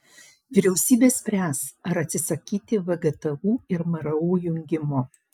vyriausybė spręs ar atsisakyti vgtu ir mru jungimo